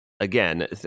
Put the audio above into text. Again